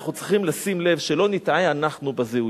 אנחנו צריכים לשים לב שלא נטעה אנחנו בזיהוי.